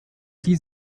die